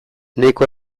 nahiko